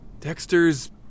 Dexter's